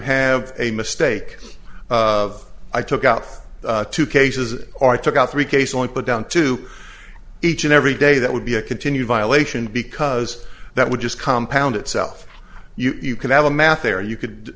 have a mistake of i took out two cases or i took out three case on put down to each and every day that would be a continued violation because that would just compound itself you could have a math error you could